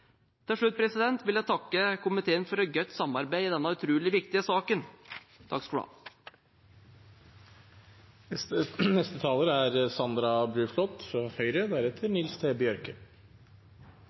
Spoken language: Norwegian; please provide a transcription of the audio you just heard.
til å gjøre. Til slutt vil jeg takke komiteen for et godt samarbeid i denne utrolig viktige saken.